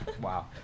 Wow